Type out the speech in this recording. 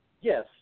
Yes